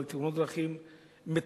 אבל המלחמה בתאונות דרכים מתוקצבת.